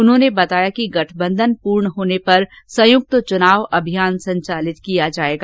उन्होंने बताया कि गठबंधन पूर्ण होने पर संयुक्त चुनाव अभियान संचालित किया जाएगा